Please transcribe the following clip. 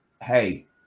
hey